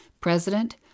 President